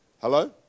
Hello